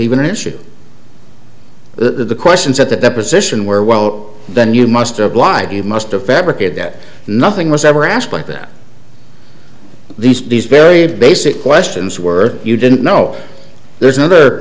even an issue the questions at the deposition where well then you must have lied you must have fabricated that nothing was ever asked but that these these very basic questions were you didn't know there's another